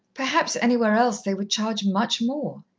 perhaps anywhere else they would charge much more.